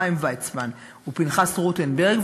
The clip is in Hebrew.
חיים ויצמן ופנחס רוטנברג.